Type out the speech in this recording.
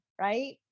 right